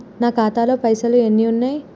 నా ఖాతాలో పైసలు ఎన్ని ఉన్నాయి?